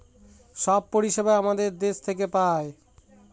সব পরিষেবা আমাদের দেশ থেকে পায়